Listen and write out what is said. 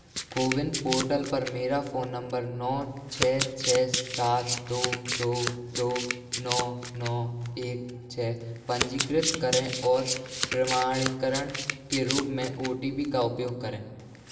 CoWIN portal पर मेरा phone number नौ छ छ सात दो दो दो नौ नौ एक छ पंजीकृत करें और प्रमाणीकरण के रूप में ओ टी पी का उपयोग करें